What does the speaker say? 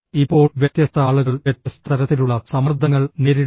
ഇപ്പോൾ വ്യത്യസ്ത ആളുകൾ വ്യത്യസ്ത തരത്തിലുള്ള സമ്മർദ്ദങ്ങൾ നേരിടുന്നു